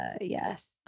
Yes